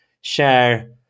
share